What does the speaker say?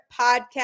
podcast